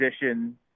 position